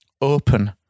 open